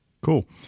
cool